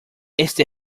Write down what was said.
este